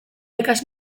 ikasi